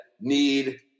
need –